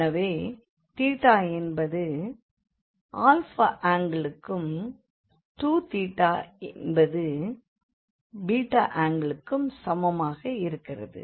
எனவே என்பது ஆல்ஃபா ஆங்கிளுக்கும் 2 என்பது பீட்டா ஆங்கிளுக்கும் சமமாக இருக்கிறது